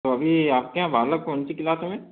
तो अभी आपके यहाँ बालक कौन सी क्लास में है